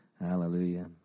Hallelujah